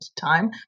time